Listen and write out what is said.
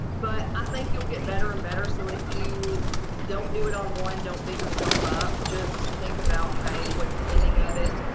but i think you'll get better and better. so if you don't do it online don't beat yourself up. just think about hey, what's ending of it.